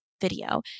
video